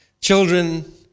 Children